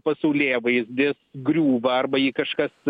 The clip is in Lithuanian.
pasaulėvaizdis griūva arba jį kažkas